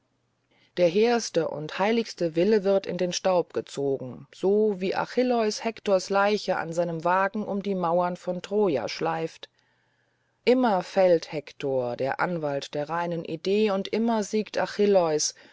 der hehrste und heiligste wille wird in den staub gezogen achilleus schleift hektors leiche an seinem wagen um die mauern von troja immer fällt hektor der anwalt der reinen idee und immer siegt